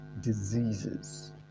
diseases